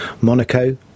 Monaco